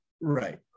right